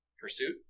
pursuit